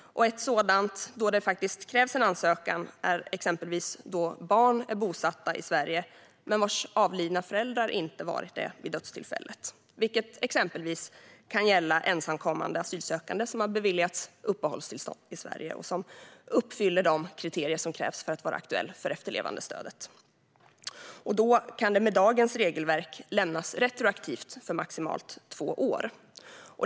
Ett sådant då det faktiskt krävs en ansökan är exempelvis då barn är bosatta i Sverige men inte deras avlidna föräldrar varit det vid dödstillfället, vilket exempelvis kan gälla ensamkommande asylsökande som har beviljats uppehållstillstånd i Sverige och som uppfyller de kriterier som krävs för att vara aktuella för efterlevandestödet. Då kan det med dagens regelverk lämnas retroaktivt för maximalt två år.